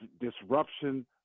disruption